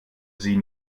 sie